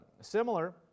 similar